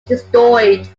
destroyed